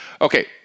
Okay